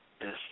Yes